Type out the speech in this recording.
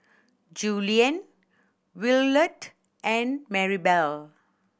Julien Willard and Marybelle